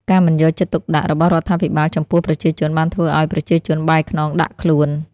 ការមិនយកចិត្តទុកដាក់របស់រដ្ឋាភិបាលចំពោះប្រជាជនបានធ្វើឲ្យប្រជាជនបែរខ្នងដាក់ខ្លួន។